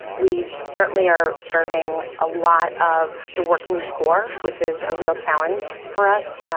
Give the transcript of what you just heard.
we certainly are serving a lot of the working poor, which is a real challenge for us.